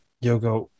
yoga